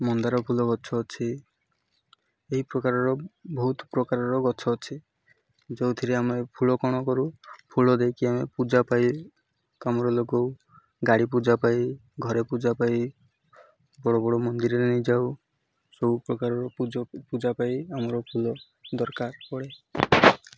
ମନ୍ଦାର ଫୁଲ ଗଛ ଅଛି ଏହି ପ୍ରକାରର ବହୁତ ପ୍ରକାରର ଗଛ ଅଛି ଯେଉଁଥିରେ ଆମେ ଫୁଲ କ'ଣ କରୁ ଫୁଲ ଦେଇକି ଆମେ ପୂଜା ପାଇ କାମର ଲଗାଉ ଗାଡ଼ି ପୂଜା ପାଇଁ ଘରେ ପୂଜା ପାଇ ବଡ଼ ବଡ଼ ମନ୍ଦିରରେ ନେଇଯାଉ ସବୁ ପ୍ରକାରର ପୂଜା ପାଇଁ ଆମର ଫୁଲ ଦରକାର ପଡ଼େ